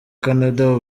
canada